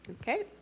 okay